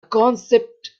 concept